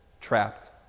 trapped